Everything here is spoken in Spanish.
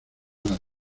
las